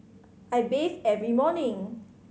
I bathe every morning